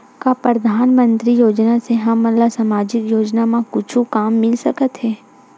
का परधानमंतरी योजना से हमन ला सामजिक योजना मा कुछु काम मिल सकत हे?